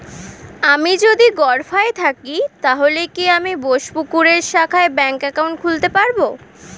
আমি যদি গরফায়ে থাকি তাহলে কি আমি বোসপুকুরের শাখায় ব্যঙ্ক একাউন্ট খুলতে পারবো?